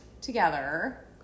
together